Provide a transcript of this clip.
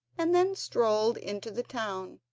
and then strolled into the town.